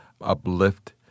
uplift